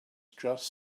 just